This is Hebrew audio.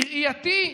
בראייתי,